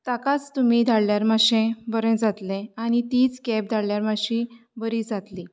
ताकाच तुमी धाडल्यार मातशें बरें जातलें आनी तीच केब धाडल्यार मातशी बरी जातली